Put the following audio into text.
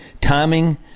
Timing